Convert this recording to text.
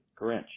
Grinch